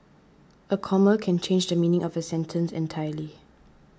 a comma can change the meaning of a sentence entirely